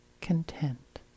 content